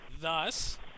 thus